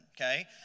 okay